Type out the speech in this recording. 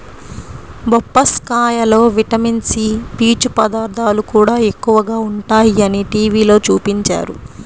బొప్పాస్కాయలో vitamin C, పీచు పదార్థాలు కూడా ఎక్కువగా ఉంటయ్యని టీవీలో చూపించారు